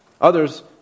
Others